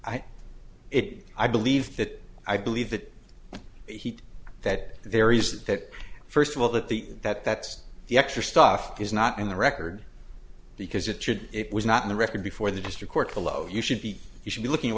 it i believe that i believe that the heat that there is that first of all that the that that's the extra stuff is not in the record because it should it was not in the record before the district court below you should be you should be looking at